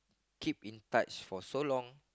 keep in touch for so long